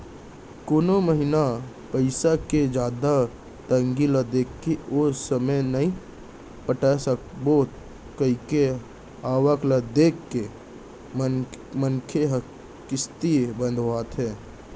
कोनो महिना पइसा के जादा तंगई ल देखके ओ समे नइ पटाय सकबो कइके आवक ल देख के मनसे ह किस्ती बंधवाथे